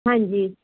ਹਾਂਜੀ